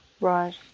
right